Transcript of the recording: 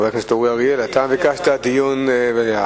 חבר הכנסת אורי אריאל, אתה ביקשת דיון במליאה.